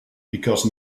because